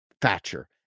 Thatcher